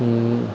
हींग